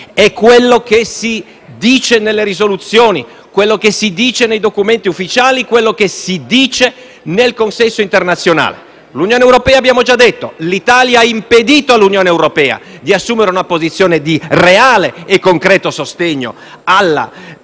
è quello che si dice nelle risoluzioni, quello che si dice nei documenti ufficiali, quello che si dice nel consesso internazionale. L'Italia ha impedito all'Unione europea di assumere una posizione di reale e concreto sostegno alla